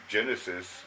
Genesis